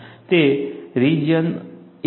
તે region I અને II છે